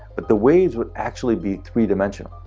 but the waves would actually be three-dimensional.